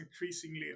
increasingly